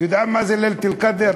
אתה יודע מה זה לילת אל-קאדר?